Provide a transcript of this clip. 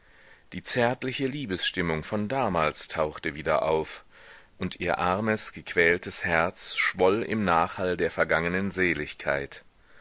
die zärtliche liebesstimmung von damals tauchte wieder auf und ihr armes gequältes herz schwoll im nachhall der vergangenen seligkeit